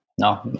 No